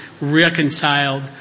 reconciled